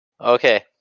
Okay